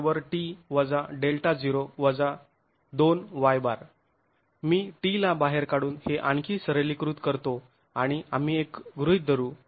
मी t ला बाहेर काढून हे आणखी सरलीकृत करतो आणि आम्ही एक गृहीत धरू